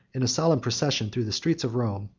in a solemn procession through the streets of rome,